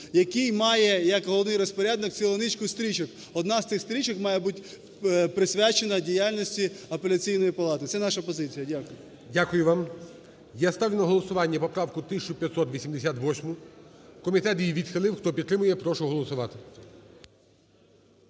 який має, як головний розпорядник, цілу низку стрічок, одна з цих стрічок має бути присвячена діяльності Апеляційної палати. Це наша позиція. Дякую. ГОЛОВУЮЧИЙ. Дякую вам. Я ставлю на голосування поправку 1588, комітет її відхилив, хто підтримує, я прошу голосувати.